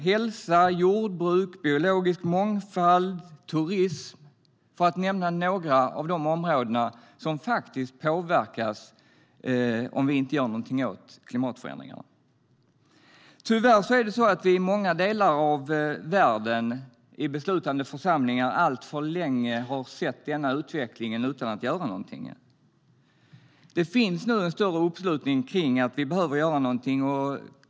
Hälsa, jordbruk, biologisk mångfald och turism är några av de områden som påverkas om vi inte gör någonting åt klimatförändringarna. Tyvärr har vi i många delar av världen i beslutande församlingar alltför länge sett denna utveckling utan att göra någonting. Det finns nu en större uppslutning kring att vi behöver göra någonting.